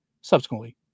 subsequently